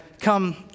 come